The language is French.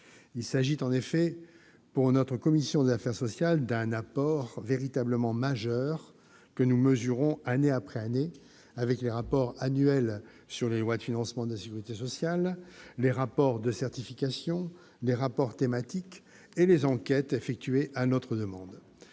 Il s'agit en effet, pour la commission des affaires sociales, d'un apport véritablement majeur que nous mesurons année après année avec les rapports annuels sur les lois de financement de la sécurité sociale, les rapports de certification, les rapports thématiques et les enquêtes effectuées à notre demande.